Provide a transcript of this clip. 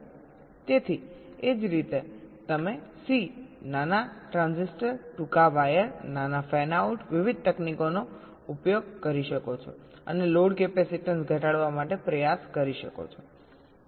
તેથી એ જ રીતે તમે C નાના ટ્રાન્ઝિસ્ટર ટૂંકા વાયર નાના ફેન આઉટ વિવિધ તકનીકોનો ઉપયોગ કરી શકો છો અને લોડ કેપેસીટન્સ ઘટાડવા માટે પ્રયાસ કરી શકો છો